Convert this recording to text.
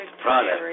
product